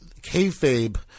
kayfabe